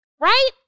right